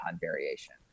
variation